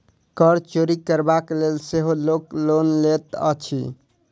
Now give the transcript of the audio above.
कर चोरि करबाक लेल सेहो लोक लोन लैत अछि